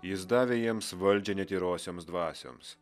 jis davė jiems valdžią netyrosioms dvasioms